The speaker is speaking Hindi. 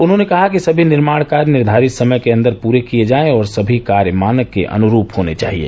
उन्होंने कहा कि सभी निर्माण कार्य निर्धारित समय के अन्दर पूरे किये जाये और सभी कार्य मानक के अनुरूप होने चाहिये